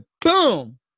boom